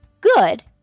good